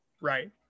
Right